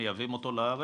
ומייבאים אותו לארץ,